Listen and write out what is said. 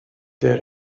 der